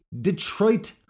Detroit